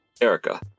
Erica